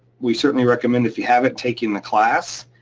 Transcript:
we certainly recommend if you haven't taken the class,